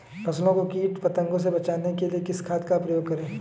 फसलों को कीट पतंगों से बचाने के लिए किस खाद का प्रयोग करें?